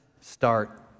start